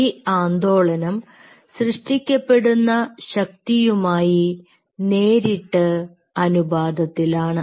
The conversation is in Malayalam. ഈ ആന്തോളനം സൃഷ്ടിക്കപ്പെടുന്ന ശക്തിയുമായി നേരിട്ട് അനുപാതത്തിലാണ്